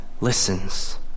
listens